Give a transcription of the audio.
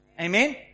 Amen